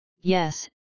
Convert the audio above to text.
yes